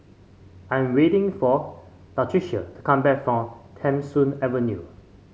I am waiting for Latricia to come back from Tham Soong Avenue